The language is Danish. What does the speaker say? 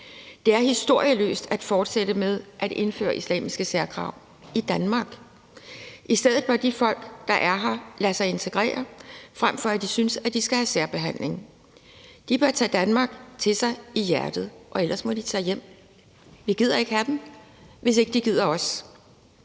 Det er historieløst at fortsætte med at indføre islamiske særkrav i Danmark. I stedet bør de folk, der er her, lade sig integrere, frem for at de synes, at de skal have særbehandling. De bør tage Danmark til sig i hjertet, og ellers må de tage hjem. Vi gider ikke have dem, hvis ikke de gider os.